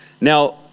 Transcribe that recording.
Now